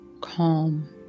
calm